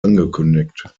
angekündigt